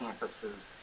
campuses